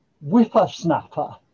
whippersnapper